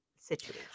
situation